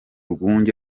rwunge